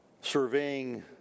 Surveying